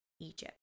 Egypt